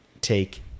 take